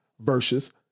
versus